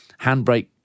handbrake